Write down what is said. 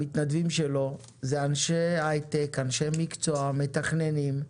המתנדבים שלו זה אנשי הייטק, אנשי מקצוע, מתכננים,